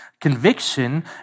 conviction